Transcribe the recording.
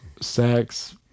sex